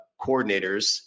coordinators